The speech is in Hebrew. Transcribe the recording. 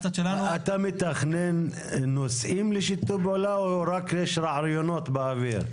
אתה מתכנן נושאים לשיתוף פעולה או יש רק רעיונות באוויר?